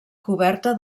coberta